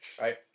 right